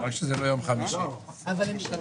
הישיבה ננעלה בשעה 14:00.